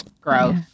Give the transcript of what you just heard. gross